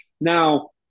Now